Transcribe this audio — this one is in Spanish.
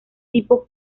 tipo